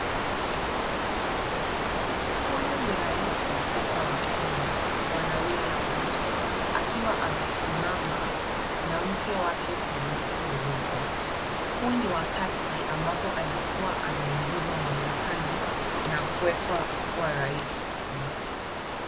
Huyu ni rais wa sasa wa Kenya Bwana William Ruto akiwa amesimama na mke wake Bi. Rachel Ruto. Huu na wakati ambapo alikuwa anaingizwa mamlakani na kuwekwa kuwa rais wa Kenya.